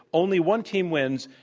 only one team wins,